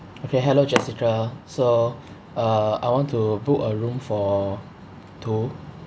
okay hello jessica so uh I want to book a room for two